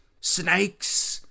Snakes